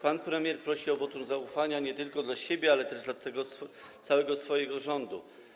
Pan premier prosi o wotum zaufania nie tylko dla siebie, ale też dla całego swojego rządu.